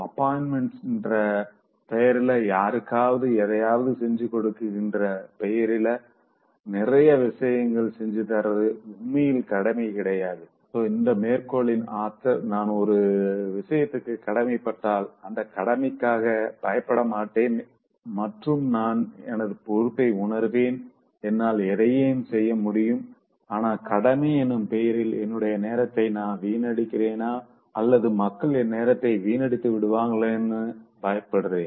இப்போ அப்பாயின்ட்மெண்ட்ஸ்ன்ற பெயரில யாருக்காவது எதையாவது செஞ்சு கொடுக்கிறன்ற பெயரிலநிறைய விஷயங்கள் செஞ்சு தரது உண்மையில் கடமை கிடையாது சோ இந்த மேற்கோளின் ஆத்தர் நான் ஒரு விஷயத்துக்கு கடமை பட்டால் அந்த கடமைக்காக பயப்படமாட்டேன் மற்றும் நான் எனது பொறுப்பை உணர்வேன் என்னால் அதை செய்ய முடியும் ஆனா கடமை எனும் பெயரில் என்னுடைய நேரத்த நா வீணடிக்கிறனோ அல்லது மக்கள் என் நேரத்த வீணடித்து விடுவாங்கலோனு பயப்படுறேன்